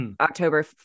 October